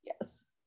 yes